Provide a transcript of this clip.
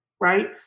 right